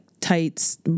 tights